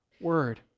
word